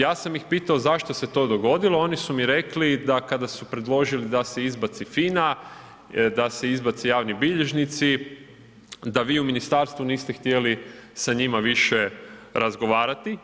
Ja sam ih pitao zašto se to dogodilo, oni su mi rekli, da kada su predložili da se izbaci FINA, da se izbace javni bilježnici, da vi u ministarstvu niste htjeli sa njima više razgovarati.